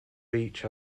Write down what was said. beach